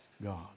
God